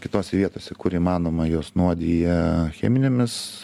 kitose vietose kur įmanoma juos nuodija cheminėmis